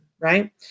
Right